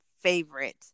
favorite